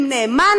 עם נאמן,